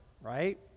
right